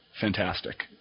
fantastic